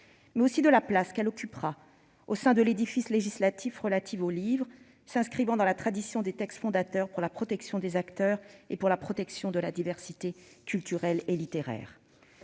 aussi de la place qu'elle occupera au sein de l'édifice législatif relatif au livre, s'inscrivant dans la tradition des textes fondateurs pour la protection des acteurs et pour la protection de la diversité culturelle et littéraire.